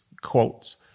quotes